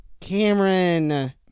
Cameron